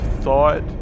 thought